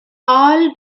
all